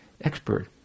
Expert